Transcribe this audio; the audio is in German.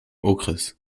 okres